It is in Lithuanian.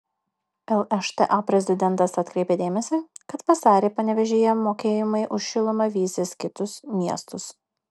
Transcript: lšta prezidentas atkreipė dėmesį kad vasarį panevėžyje mokėjimai už šilumą vysis kitus miestus